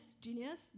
genius